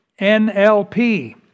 NLP